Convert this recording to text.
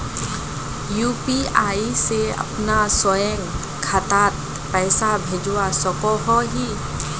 UPI से अपना स्वयं खातात पैसा भेजवा सकोहो ही?